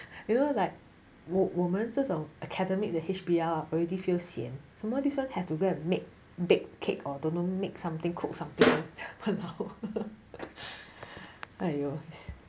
you know like 我我们这种 academic the H_B_L already feel sian some more this one have to go and make bake cake or don't know make something cook something !walao! !aiyo!